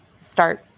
start